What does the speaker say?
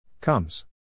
Comes